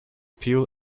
peel